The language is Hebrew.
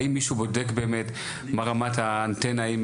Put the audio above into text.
האם מישהו בודק באמת מה רמת האנטנה?